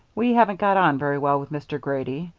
we haven't got on very well with mr. grady.